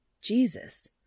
Jesus